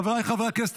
חבריי חברי הכנסת,